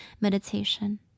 meditation